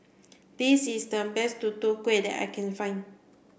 this is the best Tutu Kueh that I can find